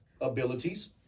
abilities